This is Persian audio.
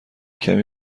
کمی